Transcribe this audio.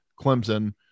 Clemson